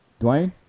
Dwayne